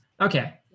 Okay